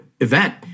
event